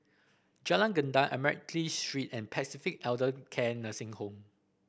Jalan Gendang Admiralty Street and Pacific Elder Care Nursing Home